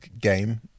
game